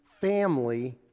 family